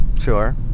Sure